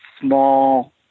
small